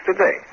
today